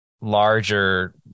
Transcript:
larger